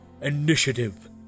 initiative